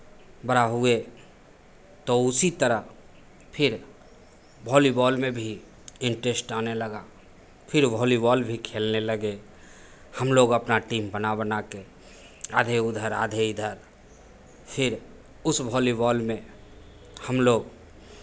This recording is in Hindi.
बड़ा हुए तो उसी तरह फिर वॉलीबॉल में भी इंटरेस्ट आने लगा फिर वॉलीबॉल भी खेलने लगे हम लोग अपना टीम बना बना के आधे उधर आधे इधर फिर उस वॉलीबॉल में हम लोग